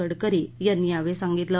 गडकरी यांनी यावेळी सांगितले